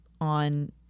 on